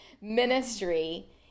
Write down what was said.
ministry